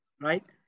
right